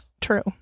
True